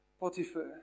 Potiphar